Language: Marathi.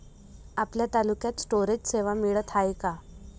आपल्या तालुक्यात स्टोरेज सेवा मिळत हाये का?